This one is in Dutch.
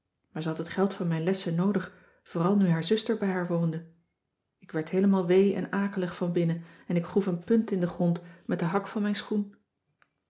maar ze had het geld van mijn lessen noodig vooral nu haar zuster bij haar woonde ik werd heelemaal wee en akelig van binnen en ik groef een put in den grond met de hak van mijn schoen